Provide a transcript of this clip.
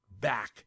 back